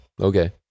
Okay